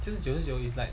就是九九 is like